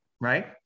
right